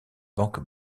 banque